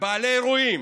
ובעלי אולמות אירועים,